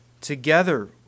together